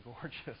gorgeous